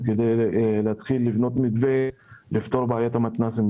כדי להתחיל לבנות מתווה ולפתור את בעיית המתנ"סים.